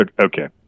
okay